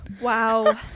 Wow